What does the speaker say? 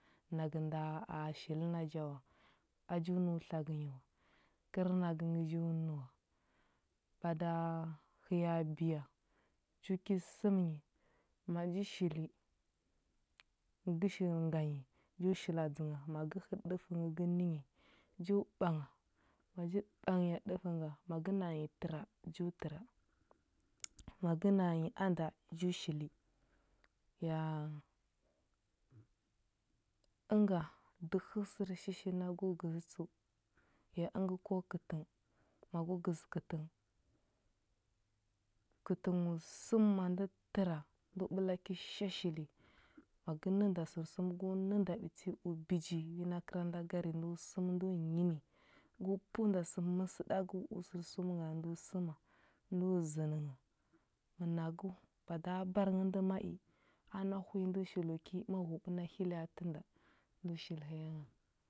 Nagə nda a hil naja wa. A ju nəu tlagə nyi wa, kər nagə gə ju nəuwa. Bada həya biya, ju ki səm nyi ma ji shili, ngə gə shili nga yi, ju shila dzə ngha. ma gə həɗə ɗəfə ngə gə nə nyi, ju ɓangha. Ma ji ɓangnya ɗəfə nga, ma gə na nyi təra, ju təra. Ma gə na nyi anda, ju shili. Ya- ənga, dəhə sərshishi na go gəzə tsəu. Ya əngə ko kətəng, ma gə gəzə kətəng, kətəng o səm ma də təra, ndo ɓəla ki sha shili, ma gə nə nda sərsum go nə nda ɓiti o bəji wi na kəra nda gari ndo səm ndo yi ni. Go pəu nda sə məsəɗagəu o sərsum ngha ndo səma, ndo zənə ngha. Na go bada abar ngə ndə ma i, ana hwi ma huɓə na hili a tə nda, ndo shili həya ngha.